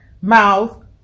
mouth